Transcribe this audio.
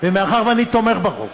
ומאחר שאני תומך בחוק